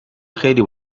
خیلی